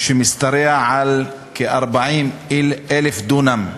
שמשתרעת על כ-40,000 דונם.